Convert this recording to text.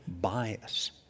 bias